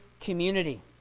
community